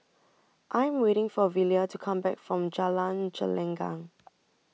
I Am waiting For Velia to Come Back from Jalan Gelenggang